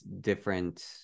different